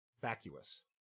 Vacuous